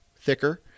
thicker